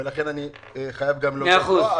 ולכן אני חייב גם להודות לו.